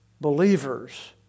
believers